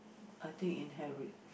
I think inherit